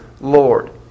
Lord